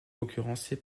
concurrencer